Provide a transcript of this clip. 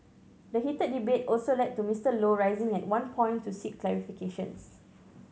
the heated debate also led to Mister Low rising at one point to seek clarifications